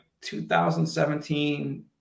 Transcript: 2017